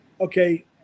okay